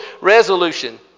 resolution